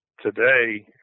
Today